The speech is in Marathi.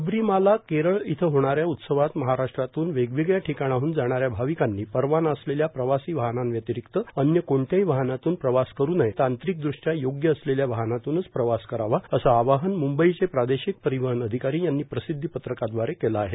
शबरीमाला केरळ इथं होणाऱ्या उत्सवात महाराष्ट्रातून वेगवेगळ्या ठिकाणाहन जाणाऱ्या भाविकांनी परवाना असलेल्या प्रवासी वाहनांव्यतिरिक्त अन्य कोणत्याही वाहनांतून प्रवास करु नये वाहने तांत्रिकृष्ट्या योग्य असलेल्या वाहनातूनच प्रवास करावा असं आवाहन मुंबईचे प्रादेशिक परिवहन अधिकारी यांनी प्रसिध्दी पत्रकादवारे केले आहे